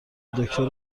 دکتر